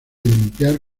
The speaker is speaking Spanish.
limpiar